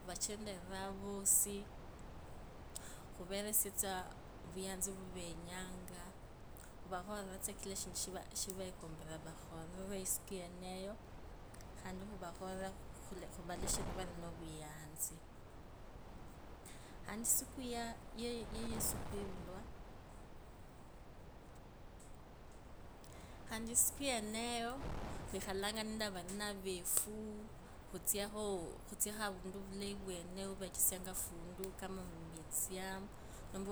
Khuvachendariranga vosi, khuveresie tsa ovuyanzi vwa venyangui khuvakhoriro tsa kila eshindu shavekombire khuvakhorire, khuvaleshe nivadi nuvuyanzi, khandi usiku ya- ya yesu khuvulwa, khandi isiku yeneyo, khwikhalanga nende varina refu khutsekho avandu wavechezianga afundi kama mesium, namba